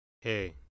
Hey